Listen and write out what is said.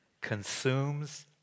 consumes